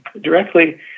directly